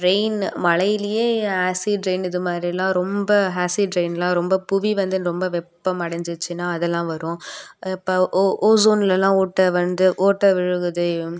rain மழைலியே acid rain இது மாதிரிலாம் ரொம்ப ஆசிட் ரைன்லாம் ரொம்ப புவி வந்து ரொம்ப வெப்பமடைஞ்சுடுச்சினா அதெல்லாம் வரும் அப்போ ஓசோன்லலாம் ஓட்டை வந்து ஓட்டை விழுகுது